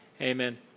Amen